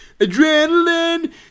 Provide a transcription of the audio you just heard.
Adrenaline